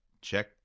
check